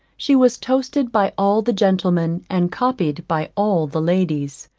she was toasted by all the gentlemen, and copied by all the ladies.